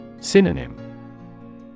Synonym